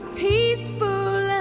peaceful